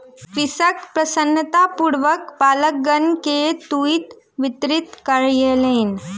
कृषक प्रसन्नतापूर्वक बालकगण के तूईत वितरित कयलैन